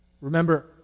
Remember